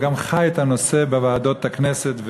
הוא גם חי את הנושא בוועדות הכנסת,